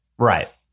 Right